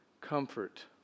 comfort